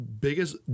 biggest